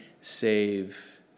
save